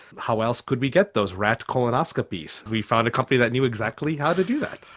how else could we get those rat colonoscopies we found a company that knew exactly how to do that.